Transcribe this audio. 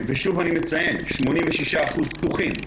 שוב אני מציין, 86% פתוחים.